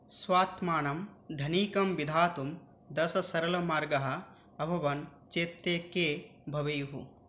स्वात्मानं धनिकं विधातुं दशसरलमार्गाः अभवन् चेत् ते के भवेयुः